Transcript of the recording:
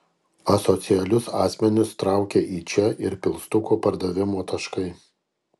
asocialius asmenis traukia į čia ir pilstuko pardavimo taškai